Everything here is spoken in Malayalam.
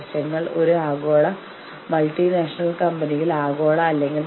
അതിനർത്ഥം ആരെങ്കിലും എഴുന്നേറ്റു മറ്റൊരാളെ തല്ലും എന്നല്ല